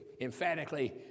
emphatically